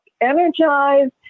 energized